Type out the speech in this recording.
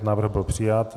Návrh byl přijat.